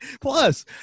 Plus